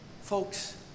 Folks